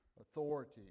authority